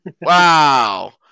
Wow